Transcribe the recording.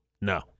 no